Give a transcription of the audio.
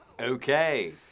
okay